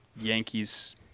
Yankees